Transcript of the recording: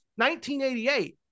1988